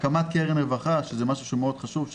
הקמת קרן רווחה שזה משהו מאוד חשוב,